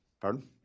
Pardon